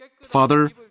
Father